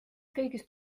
kõigist